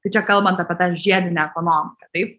tai čia kalbant apie tą žiedinę ekonomiką taip